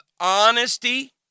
honesty